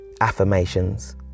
affirmations